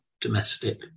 domestic